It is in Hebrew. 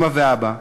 אימא ואבא,